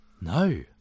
No